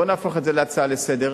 בוא נהפוך את זה להצעה לסדר-היום.